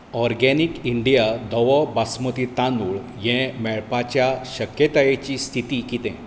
organic India धवो बासमती तांदूळ हें मेळपाच्या शक्यतायेची स्थिती कितें